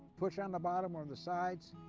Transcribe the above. push on the bottom or the sides